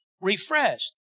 refreshed